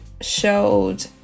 showed